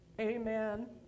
Amen